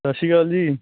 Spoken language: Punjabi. ਸਤਿ ਸ਼੍ਰੀ ਅਕਾਲ ਜੀ